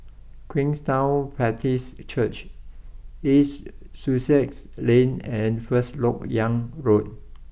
Queenstown Baptist Church East Sussex Lane and first Lok Yang Road